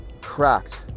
cracked